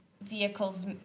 vehicles